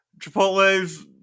Chipotle's